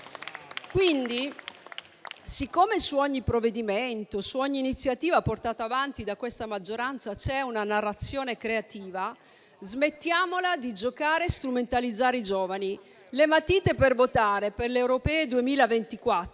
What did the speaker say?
Pertanto, siccome su ogni provvedimento, su ogni iniziativa portata avanti da questa maggioranza c'è una narrazione creativa, smettiamola di giocare e strumentalizzare i giovani: le matite per votare per le europee 2024